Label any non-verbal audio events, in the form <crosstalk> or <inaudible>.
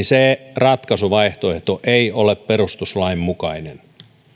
<unintelligible> se ratkaisuvaihtoehto ei ole perustuslain mukainen